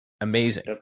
amazing